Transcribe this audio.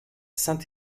saint